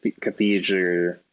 Cathedral